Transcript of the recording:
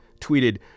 tweeted